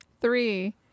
three